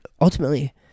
ultimately